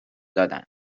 دادند